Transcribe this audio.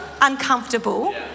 uncomfortable